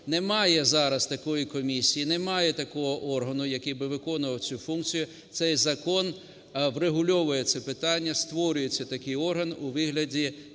Немає зараз такої комісії, немає такого органу, який би виконував цю функцію. Цей закон врегульовує це питання, створюється такий орган у вигляді